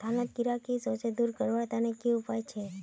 धानोत कीड़ा की होचे दूर करवार तने की उपाय छे?